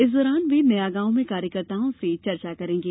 इस दौरान वे नयागांव में कार्यकर्ताओं से चर्चा करेंगे